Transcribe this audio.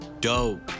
dope